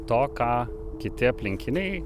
to ką kiti aplinkiniai